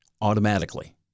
automatically